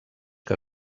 que